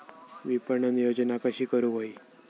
विपणन योजना कशी करुक होई?